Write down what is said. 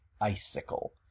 icicle